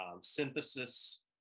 synthesis